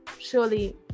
surely